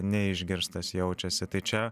neišgirstas jaučiasi tai čia